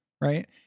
right